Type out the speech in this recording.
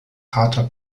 harter